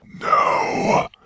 No